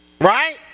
Right